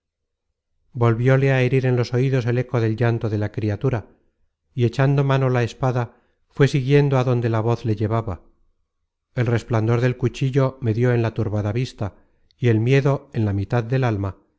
desmayo volvióle á herir en los oidos el eco del llanto de la criatura y echando mano á la espada fué siguiendo á donde la voz le llevaba el resplandor del cuchillo me dió en la turbada vista y el miedo en la mitad del alma